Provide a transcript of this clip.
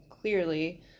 clearly